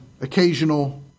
occasional